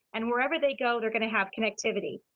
and wherever they go, they're going to have connectivity.